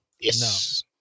Yes